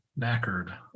knackered